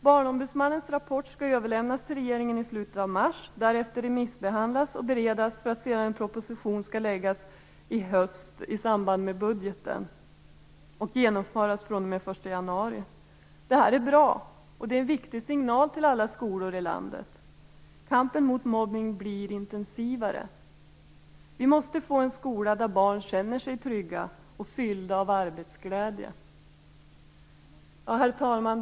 Barnombudsmannens rapport skall överlämnas till regeringen i slutet av mars och därefter remissbehandlas och beredas. En proposition skall sedan läggas fram i höst i samband med budgeten, och detta skall genomföras fr.o.m. den 1 januari. Detta är bra, och det är en viktig signal till alla skolor i landet. Kampen mot mobbning blir intensivare. Vi måste få en skola där barn känner sig trygga och fyllda av arbetsglädje. Herr talman!